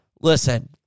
Listen